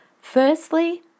firstly